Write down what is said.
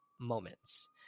moments